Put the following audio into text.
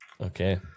okay